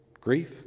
grief